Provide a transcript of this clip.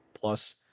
plus